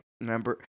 Remember